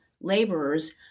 laborers